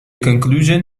conclusion